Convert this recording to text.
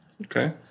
Okay